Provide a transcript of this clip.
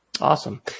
Awesome